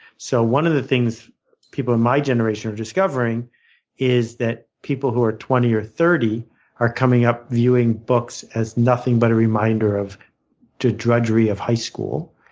so one of the things people of my generation are discovering is that people who are twenty or thirty are coming up viewing books as nothing but a reminder of the drudgery of high school.